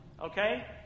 okay